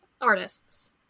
artists